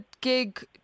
gig